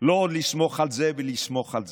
לא עוד לסמוך על זה ולסמוך על זה,